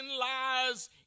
lies